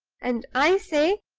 and, i say,